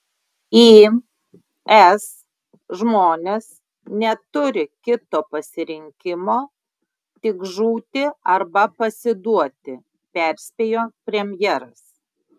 is žmonės neturi kito pasirinkimo tik žūti arba pasiduoti perspėjo premjeras